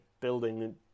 Building